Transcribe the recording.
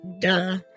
duh